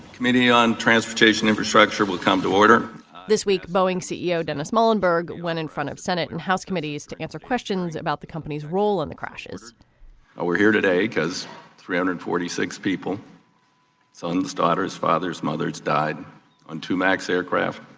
committee on transportation infrastructure will come to order this week boeing ceo dennis muhlenberg went in front of senate and house committees to answer questions about the company's role in the crashes we're here today because three hundred and forty six people sons daughters fathers mothers died on two max aircraft